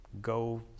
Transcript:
go